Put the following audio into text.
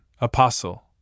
Apostle